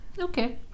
Okay